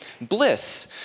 bliss